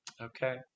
Okay